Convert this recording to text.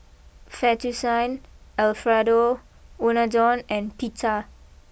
Fettuccine Alfredo Unadon and Pita